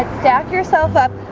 yourself up.